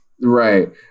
Right